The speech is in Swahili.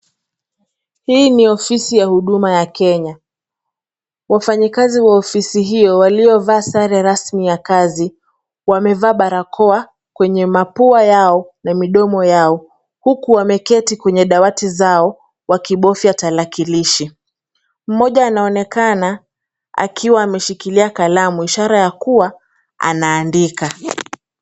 Hii ni ofisi ya Huduma ya Kenya. Wafanyakazi wa ofisi hiyo waliovaa sare rasmi ya kazi, wamevaa barakoa kwenye mapua yao na midomo yao, huku wameketi kwenye dawati zao wakibofya tarakilishi. Mmoja anaonekana akiwa ameshikilia kalamu ishara ya kuwa anaandika.